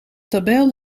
tabel